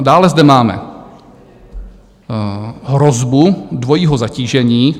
Dále zde máme hrozbu dvojího zatížení.